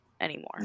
anymore